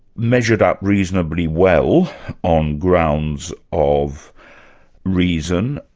measured up reasonably well on grounds of reason,